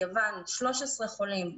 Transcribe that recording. יוון 13 חולים,